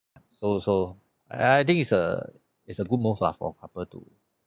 so so I I think is a is a good move lah for couple to